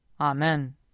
Amen